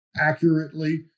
accurately